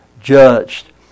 judged